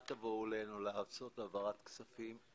אל תבואו אלינו לעשות העברת כספים.